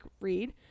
read